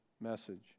message